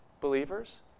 believers